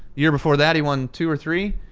year before that he won two or three.